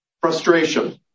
frustration